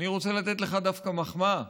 אני רוצה לתת לך דווקא מחמאה